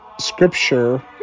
scripture